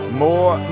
more